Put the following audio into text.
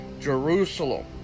Jerusalem